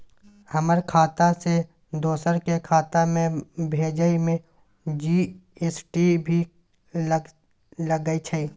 हमर खाता से दोसर के खाता में भेजै में जी.एस.टी भी लगैछे?